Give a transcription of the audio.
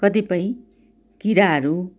कतिपय किराहरू